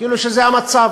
כאילו זה המצב.